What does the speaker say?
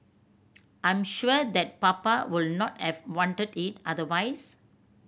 I'm sure that Papa would not have wanted it otherwise